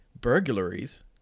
burglaries